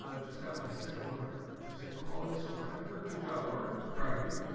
ah just got my second one hundred percent quality score ever good job learn proud of you,